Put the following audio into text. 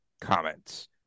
comments